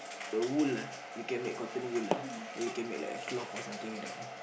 the wool ah then can make cotton wool ah then you can make like a cloth something like that ah